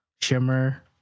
shimmer